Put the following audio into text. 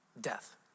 Death